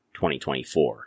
2024